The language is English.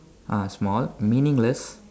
ah small meaningless